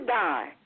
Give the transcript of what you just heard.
die